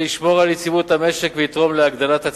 זה ישמור על יציבות המשק ויתרום להגדלת הצמיחה,